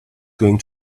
going